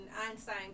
Einstein